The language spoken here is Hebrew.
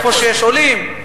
אלה שיש בהן עולים,